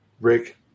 Rick